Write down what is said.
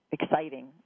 exciting